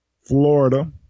Florida